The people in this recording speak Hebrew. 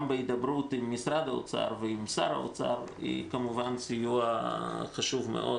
בהידברות עם משרד האוצר ועם שר האוצר הוא חשוב מאוד